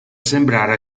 sembrare